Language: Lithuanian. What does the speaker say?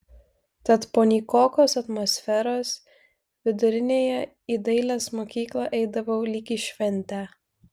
tad po nykokos atmosferos vidurinėje į dailės mokyklą eidavau lyg į šventę